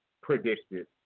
predicted